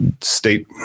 State